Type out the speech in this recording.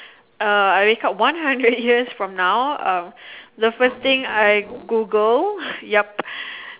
uh I wake up one hundred years from now um the first thing I Google yup